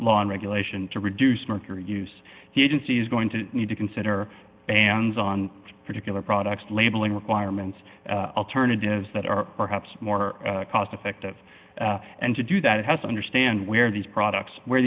and regulation to reduce mercury use he just is going to need to consider ans on particular products labeling requirements alternatives that are perhaps more cost effective and to do that it has understand where these products where